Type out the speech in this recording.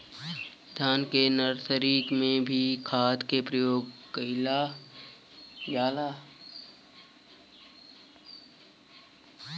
धान के नर्सरी में भी खाद के प्रयोग कइल जाला?